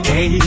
Hey